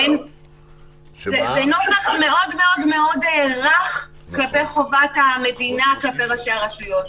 זה נוסח מאוד מאוד מאוד רך כלפי חובת המדינה כלפי ראשי הרשויות.